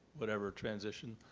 whatever, transition?